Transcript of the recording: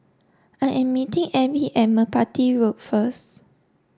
I am meeting Ebbie at Merpati Road first